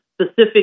specific